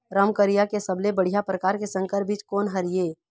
रमकलिया के सबले बढ़िया परकार के संकर बीज कोन हर ये?